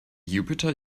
jupiter